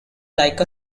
like